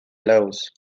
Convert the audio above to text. laws